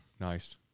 nice